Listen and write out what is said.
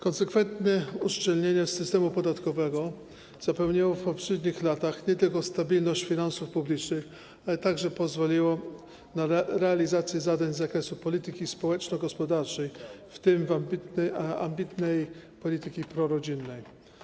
Konsekwentne uszczelnianie systemu podatkowego zapewniało w poprzednich latach nie tylko stabilność finansów publicznych, ale także pozwoliło na realizację zadań z zakresu polityki społeczno-gospodarczej, w tym ambitnej polityki prorodzinnej.